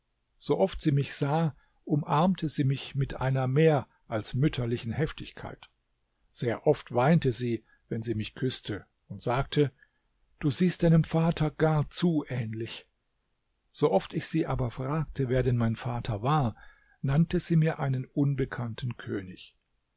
so oft sie mich sah umarmte sie mich mit einer mehr als mütterlichen heftigkeit sehr oft weinte sie wenn sie mich küßte und sagte du siehst deinem vater gar zu ähnlich so oft ich sie aber fragte wer denn mein vater war nannte sie mir einen unbekannten könig